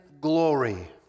glory